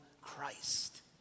Christ